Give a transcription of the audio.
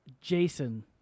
Jason